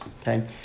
okay